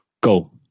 go